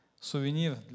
souvenir